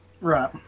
Right